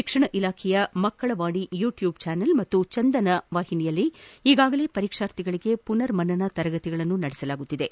ಶಿಕ್ಷಣ ಇಲಾಖೆಯ Makkalavani YouTube channel ಮತ್ತು ಚಂದನವಾಹಿನಿಯಲ್ಲಿ ಈಗಾಗಲೇ ಪರೀಕ್ಷಾರ್ಥಿಗಳಗೆ ಪುನರ್ಮನನ ತರಗತಿಗಳನ್ನು ನಡೆಸುತ್ತಿದ್ದು